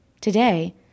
Today